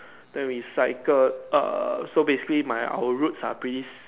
then we cycle err so basically my our roads are pretty si~